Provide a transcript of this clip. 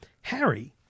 Harry